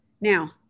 Now